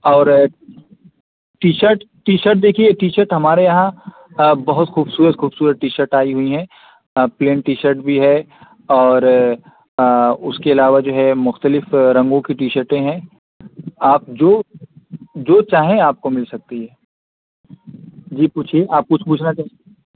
اور T shirt T shirt دیکھیے T shirt ہمارے یہاں بہت خوبصورت خوبصورت ٹی شرٹ آئی ہوئی ہیں پلین ٹی شرٹ بھی ہے اور اس کے علاوہ جو ہے مختلف رنگوں کی ٹی شرٹیں ہیں آپ جو جو چاہیں آپ کو مل سکتی ہے جی پوچھیے آپ کچھ پوچھنا چاہ